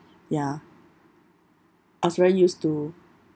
ya I was very used to